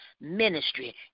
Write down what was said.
ministry